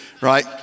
right